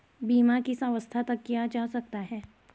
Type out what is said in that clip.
बीमा किस अवस्था तक किया जा सकता है?